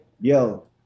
yo